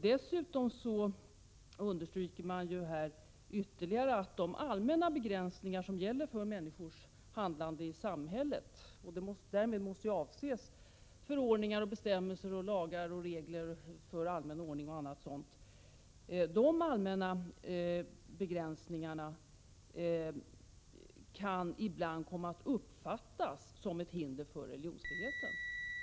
Dessutom understryker man här ytterligare att de allmänna begränsningar som gäller för människors handlande i samhället — och därmed avses förordningar, bestämmelser, lagar och regler för allmän ordning — ibland kan komma att uppfattas som ett hinder för religionsfriheten.